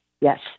yes